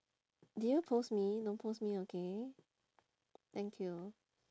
did you post me don't post me okay thank you